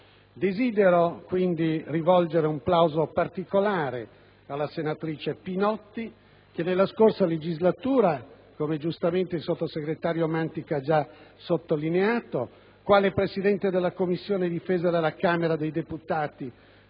Desidero quindi rivolgere un plauso particolare alla senatrice Pinotti, che nella scorsa legislatura, come giustamente il sottosegretario Mantica ha già sottolineato, quale Presidente della Commissione difesa della Camera dei deputati